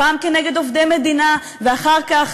פעם נגד עובדי מדינה ואחר כך,